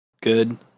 good